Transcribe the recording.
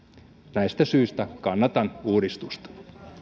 näistä syistä kannatan uudistusta